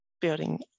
building